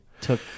took